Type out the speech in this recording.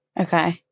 Okay